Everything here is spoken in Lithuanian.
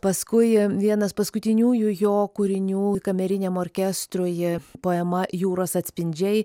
paskui vienas paskutiniųjų jo kūrinių kameriniam orkestrui poema jūros atspindžiai